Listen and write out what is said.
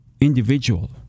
individual